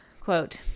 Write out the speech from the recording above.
quote